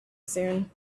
soon